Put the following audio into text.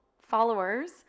followers